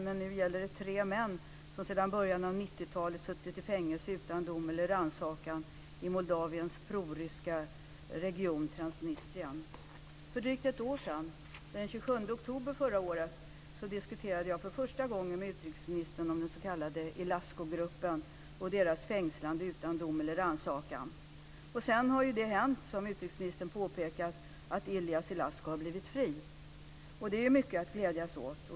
Men nu gäller det tre män som sedan början av 90-talet suttit i fängelse utan dom eller rannsakan i För drygt ett år sedan, den 27 oktober förra året, diskuterade jag för första gången med utrikesministern om den s.k. Ilascu-gruppen och deras fängslande utan dom eller rannsakan. Sedan har det hänt, som utrikesministern påpekar, att Ilie Ilascu har blivit fri, och det är mycket att glädjas åt.